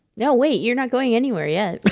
no wait, you're not going anywhere yet? but